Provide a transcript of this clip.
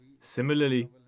Similarly